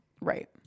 Right